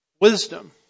wisdom